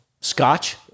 Scotch